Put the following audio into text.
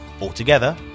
Altogether